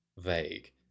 Vague